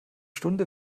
stunde